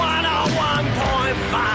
101.5